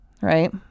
Right